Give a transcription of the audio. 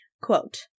Quote